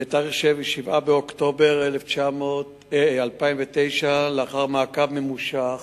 ב-7 באוקטובר 2009, לאחר מעקב ממושך,